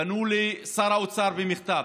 פנו לשר האוצר במכתב.